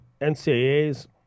NCAAs